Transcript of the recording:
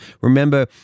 remember